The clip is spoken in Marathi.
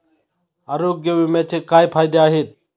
आरोग्य विम्याचे काय फायदे आहेत?